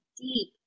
deep